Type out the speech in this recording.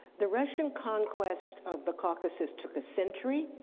the russian conquest of the caucasus took a century